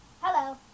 Hello